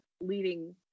leading